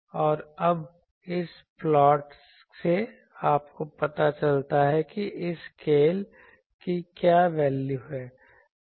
और अब इस प्लॉट से आपको पता चलता है कि इस स्केल की क्या वैल्यू है